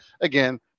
again